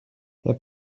herr